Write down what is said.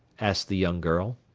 asked the young girl.